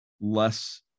less